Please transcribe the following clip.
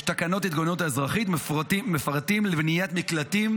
יש תקנות התגוננות אזרחית מפורטות לבניית מקלטים,